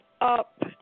up